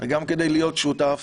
וגם כדי להיות שותף.